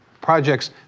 projects